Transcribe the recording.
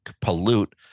pollute